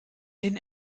den